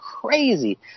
crazy